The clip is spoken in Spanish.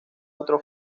otro